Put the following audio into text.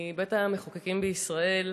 מבית-המחוקקים בישראל,